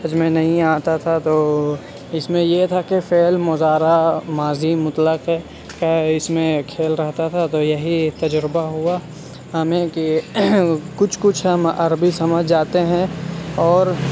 سمجھ میں نہیں آتا تھا تو اس میں یہ تھا کہ فعل مضارع ماضی مطلق اس میں کھیل رہتا تھا تو یہی تجربہ ہوا ہمیں کہ کچھ کچھ ہم عربی سمجھ جاتے ہیں اور